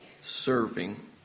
serving